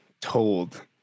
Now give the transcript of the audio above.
told